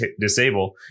disable